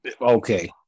Okay